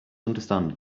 understand